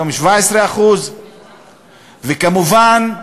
היום 17%. וכמובן,